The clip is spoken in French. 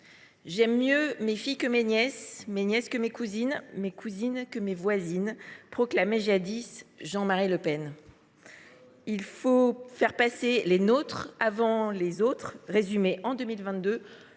J’aime mieux mes filles que mes nièces, mes nièces que mes cousines, mes cousines que mes voisines », proclamait jadis Jean Marie Le Pen. « Il faut faire passer les nôtres avant les autres », résumait, en 2022,